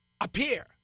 Appear